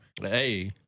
Hey